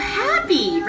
happy